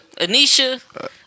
Anisha